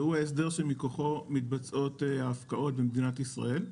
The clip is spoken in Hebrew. והוא ההסדר שמכוחו מתבצעות ההפקעות במדינת ישראל.